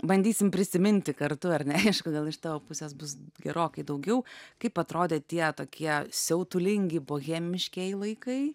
bandysim prisiminti kartu ar ne aišku gal iš tavo pusės bus gerokai daugiau kaip atrodė tie tokie siautulingi bohemiškieji laikai